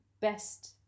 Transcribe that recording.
best